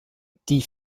die